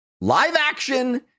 live-action